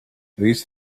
these